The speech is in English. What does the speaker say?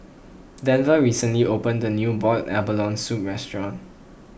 Denver recently opened a new Boiled Abalone Soup restaurant